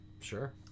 sure